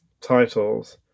titles